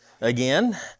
again